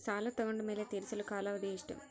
ಸಾಲ ತಗೊಂಡು ಮೇಲೆ ತೇರಿಸಲು ಕಾಲಾವಧಿ ಎಷ್ಟು?